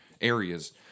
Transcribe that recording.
areas